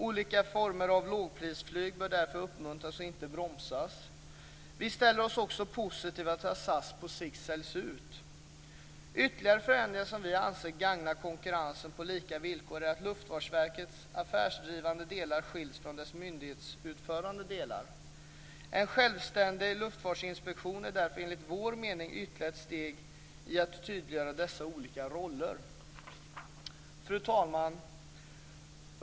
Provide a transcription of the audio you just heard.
Olika former av lågprisflyg bör därför uppmuntras och inte bromsas. Vi ställer oss också positiva till att SAS på sikt säljs ut. Ytterligare förändringar som vi anser gagnar konkurrensen på lika villkor är att Luftfartsverkets affärsdrivande delar skiljs från dess myndighetsutövande delar. En självständig luftfartsinspektion är därför enligt vår mening ytterligare ett steg mot att tydliggöra dessa olika roller. Fru talman!